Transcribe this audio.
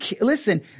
listen